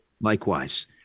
Likewise